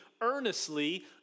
earnestly